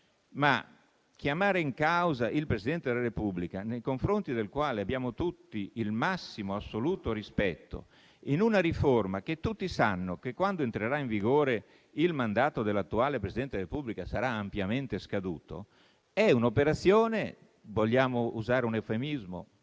Chiamare in causa il Presidente della Repubblica, nei confronti del quale abbiamo tutti il massimo assoluto rispetto, in una riforma che tutti sanno che, quando entrerà in vigore, il mandato dell'attuale Presidente della Repubblica sarà ampiamente scaduto, è un'operazione scarsamente elegante,